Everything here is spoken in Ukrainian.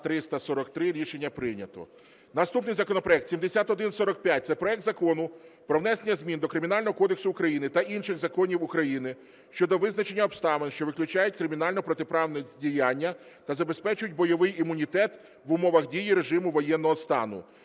Наступний законопроект 7145. Це проект Закону про внесення змін до Кримінального кодексу України та інших законів України щодо визначення обставин, що виключають кримінальну протиправність діяння та забезпечують бойовий імунітет в умовах дії режиму воєнного стану.